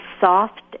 soft